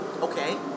Okay